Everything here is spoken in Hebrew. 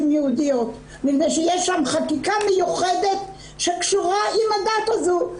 יהודיות מפני שיש שם חקיקה מיוחדת שקשורה עם הדת הזו.